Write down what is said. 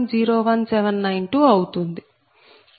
01792 అవుతుంది